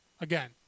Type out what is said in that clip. Again